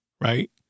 Right